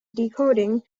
decoding